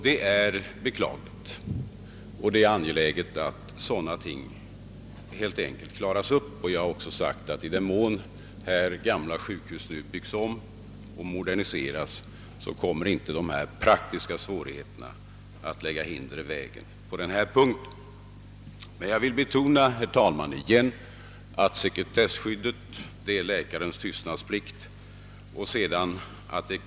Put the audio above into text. Det är beklagligt, och det är angeläget att sådana problem löses, Jag har också sagt att i den mån gamla sjukhus byggs om och moderniseras kommer dessa praktiska svårigheter att försvinna. Jag vill emellertid än en gång betona att sekretesskyddet är lika med läkarens tysnadsplikt. Vid omläggningar etc.